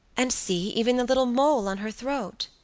and see, even the little mole on her throat.